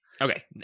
okay